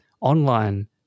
Online